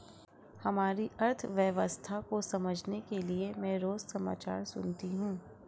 हमारी अर्थव्यवस्था को समझने के लिए मैं रोज समाचार सुनती हूँ